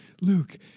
Luke